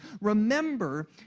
remember